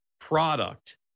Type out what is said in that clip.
product